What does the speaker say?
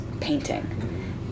painting